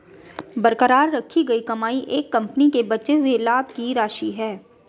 बरकरार रखी गई कमाई एक कंपनी के बचे हुए लाभ की राशि है